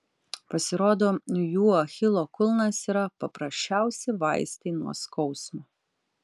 pasirodo jų achilo kulnas yra paprasčiausi vaistai nuo skausmo